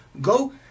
go